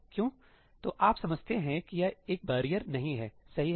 तो आप समझते हैं कि यह एक बैरियर नहीं है सही है